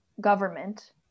government